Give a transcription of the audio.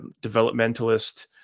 developmentalist